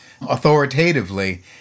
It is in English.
authoritatively